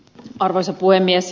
arvoisa puhemies